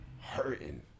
hurting